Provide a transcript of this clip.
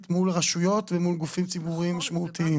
מול הרשויות ומול גופים ציבוריים משמעותיים.